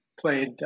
played